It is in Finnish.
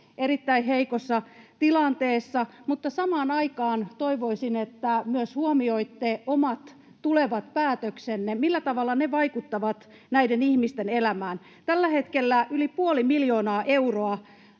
erittäin heikossa tilanteessa. Mutta samaan aikaan toivoisin, että myös huomioitte omat tulevat päätöksenne, millä tavalla ne vaikuttavat näiden ihmisten elämään. Tällä hetkellä yli puoli miljoonaa euroa